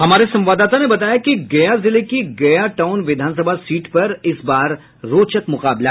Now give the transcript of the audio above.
हमारे संवाददाता ने बताया कि गया जिले की गया टाउन विधान सभा सीट पर इस बार रोचक मुकाबला है